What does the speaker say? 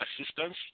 assistance